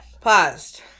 Paused